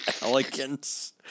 Elegance